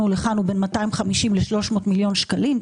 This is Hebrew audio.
ולכאן הוא בין 250 ל-300 מיליון שקלים,